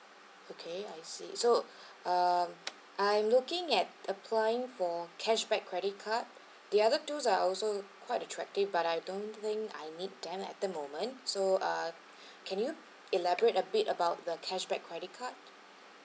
okay I see so um I'm looking at applying for cashback credit card the other two are also quite attractive but I don't think I need them at the moment so uh can you elaborate a bit about the cashback credit card